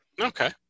Okay